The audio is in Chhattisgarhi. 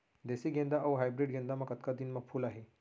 देसी गेंदा अऊ हाइब्रिड गेंदा म कतका दिन म फूल आही?